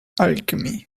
alchemy